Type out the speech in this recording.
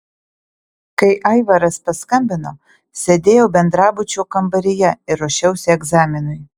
kai aivaras paskambino sėdėjau bendrabučio kambaryje ir ruošiausi egzaminui